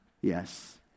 yes